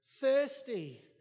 thirsty